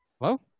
Hello